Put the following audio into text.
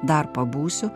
dar pabūsiu